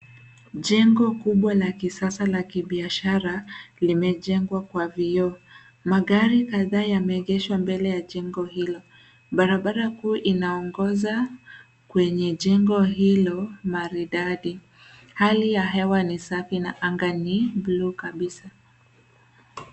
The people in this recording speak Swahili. Jengo kubwa la kisasa la kibiashara limejengwa kwa vyoo. Magari kadhaa yameegeshwa mbele ya jengo hilo, barabara kuu ina ongoza kwenye jengo hilo maridadi. Hali ya hewa ni safi na anga ni bluu kabisa.